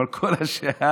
אבל כל השאר,